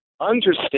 understand